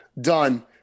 done